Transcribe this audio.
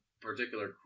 particular